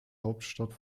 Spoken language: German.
hauptstadt